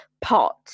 pot